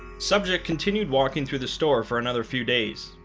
subject continued walking through the store for another few days,